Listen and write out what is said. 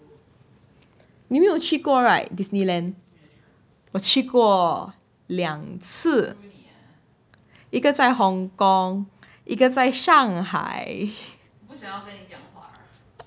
你没有去过 right disneyland 我去过两次一个在 hong kong 一个在 shanghai